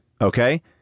Okay